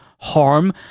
harm